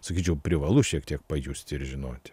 sakyčiau privalu šiek tiek pajusti ir žinoti